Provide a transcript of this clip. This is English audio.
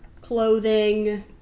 clothing